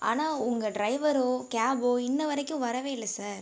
ஆனால் உங்கள் driver cab இன்ன வரைக்கும் வரவே இல்லை சார்